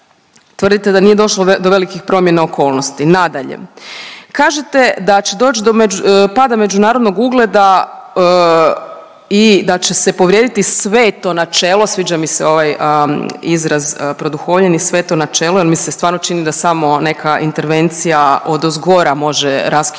Tvrdite da nije došlo do velikih promjena okolnosti. Nadalje, kažete da će doći do pada međunarodnog ugleda i da će se povrijediti sveto načelo, sviđa mi se ovaj izraz produhovljeni, sveto načelo jer mi se stvarno čini da samo neka intervencija odozgora raskinuti